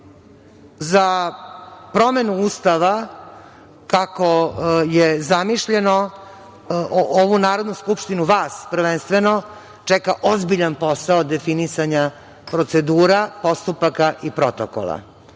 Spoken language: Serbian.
promenu Ustava, kako je zamišljeno, ovu Narodnu skupštinu, vas prvenstveno čeka ozbiljan posao definisanja procedura, postupaka i protokola,